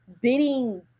bidding